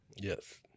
Yes